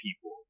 people